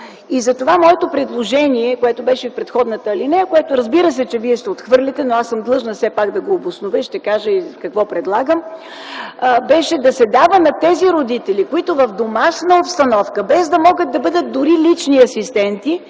И затова моето предложение, което беше по предходната алинея, което разбира се, че вие ще отхвърлите, но аз съм длъжна все пак да го обоснова и ще кажа и какво предлагам, беше да се дава на тези родители, които в домашна обстановка, без да могат да бъдат дори лични асистенти,